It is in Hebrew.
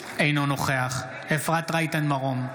אינו נוכח אפרת רייטן מרום,